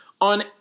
on